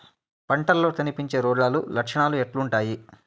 పంటల్లో కనిపించే రోగాలు లక్షణాలు ఎట్లుంటాయి?